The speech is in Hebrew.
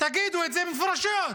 תגידו את זה מפורשות,